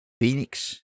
Phoenix